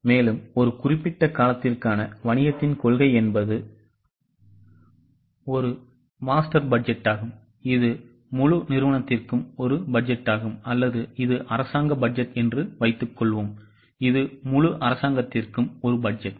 இப்போது ஒரு குறிப்பிட்ட காலத்திற்கான வணிகத்தின் கொள்கை என்பது ஒரு மாஸ்டர் பட்ஜெட்டாகும் இது முழு நிறுவனத்திற்கும் ஒரு பட்ஜெட்டாகும் அல்லது இது அரசாங்க பட்ஜெட் என்று வைத்துக்கொள்வோம்இது முழு அரசாங்கத்திற்கும் ஒரு பட்ஜெட்